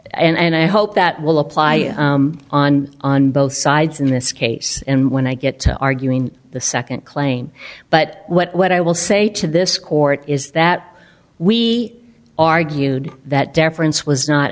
and and i hope that will apply on on both sides in this case and when i get to arguing the second clain but what i will say to this court is that we argued that deference was not